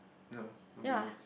no don't be those